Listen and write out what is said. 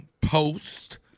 post